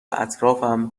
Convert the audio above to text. اطرافم